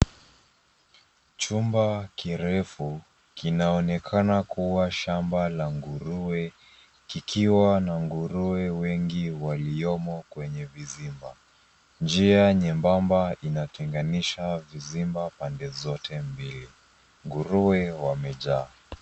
Chumba kirefu kinaonekana kuwa shamba la nguruwe, kikiwa na nguruwe wengi waliomo kwenye vizimba. Njia nyembamba inatenganisha vizimba pande zote mbili. Nguruwe wamejaa.